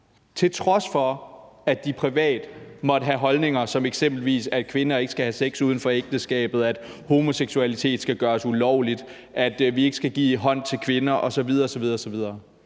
til trods for at de privat måtte have holdninger som eksempelvis, at kvinder ikke skal have sex uden for ægteskabet, at homoseksualitet skal gøres ulovligt, at vi ikke skal give hånd til kvinder osv.